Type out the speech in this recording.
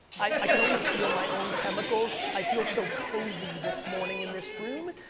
i can always feel my own chemicals, i feel so cozy this morning in this room,